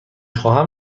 خواهم